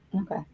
Okay